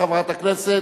חברת הכנסת,